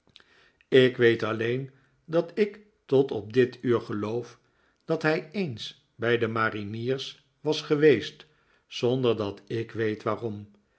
ik weet alleen dat ik tpt op dit uur geloof dat hij eens bij de mariniers was geweest zonder dat ik weet waarom